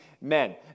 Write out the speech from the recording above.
men